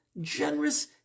generous